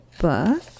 book